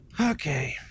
okay